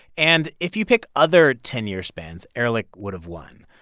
and if you pick other ten year spans, ehrlich would've won.